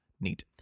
Neat